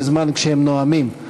בזמן שאתם נואמים.